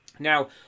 Now